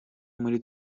muri